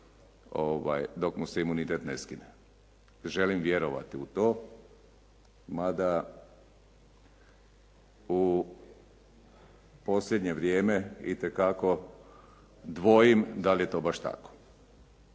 dok mu se imunitet ne skine. Želim vjerovati u to, mada u posljednje vrijeme itekako dvojim dali je to baš tako.